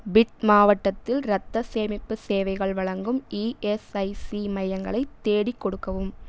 பித் மாவட்டத்தில் இரத்தச் சேமிப்பு சேவைகள் வழங்கும் இஎஸ்ஐசி மையங்களைத் தேடிக் கொடுக்கவும்